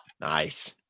nice